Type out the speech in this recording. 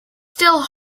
still